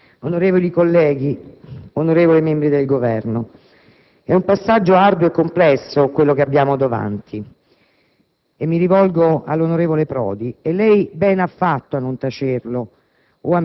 onorevoli colleghi, onorevoli membri del Governo, è un passaggio arduo e complesso quello che abbiamo davanti e lei - mi rivolgo all'onorevole Prodi - bene ha fatto a non tacerlo